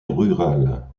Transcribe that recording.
rural